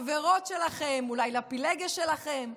לחברות שלכם,